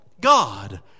God